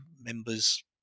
members